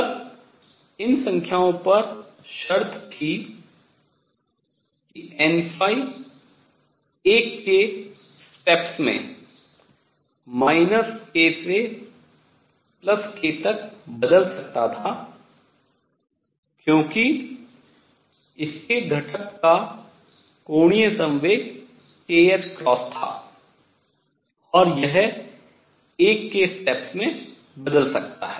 तब इन संख्याओं पर शर्तें थीं कि n 1 के steps चरणों में k से k तक बदल सकता था क्योंकि इसके घटक का कोणीय संवेग k था और यह 1 के steps में बदल सकता है